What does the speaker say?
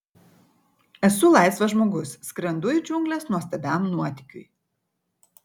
esu laisvas žmogus skrendu į džiungles nuostabiam nuotykiui